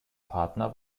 partner